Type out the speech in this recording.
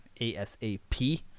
asap